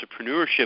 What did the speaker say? entrepreneurship